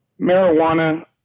marijuana